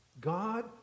God